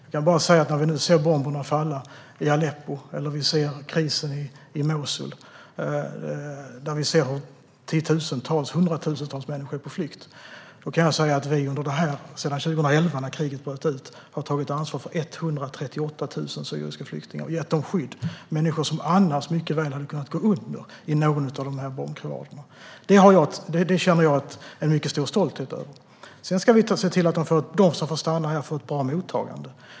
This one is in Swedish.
Vi ser nu bomberna falla i Aleppo eller krisen i Mosul där det är hundratusentals människor på flykt. Vi har sedan 2011, då kriget bröt ut, tagit ansvar för 138 000 syriska flyktingar och gett dem skydd. Dessa människor hade annars mycket väl kunnat gå under i någon av bombkrevaderna. Det känner jag en mycket stor stolthet över. Sedan ska vi se till att de som får stanna här får ett bra mottagande.